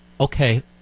Okay